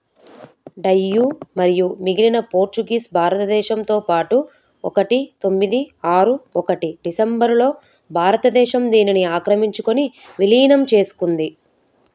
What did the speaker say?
డయ్యూ మరియు మిగిలిన పోర్చుగీస్ భారతదేశంతో పాటు ఒకటి తొమ్మిది ఆరు ఒకటి డిసెంబరులో భారతదేశం దీనిని ఆక్రమించుకొని విలీనం చేసుకుంది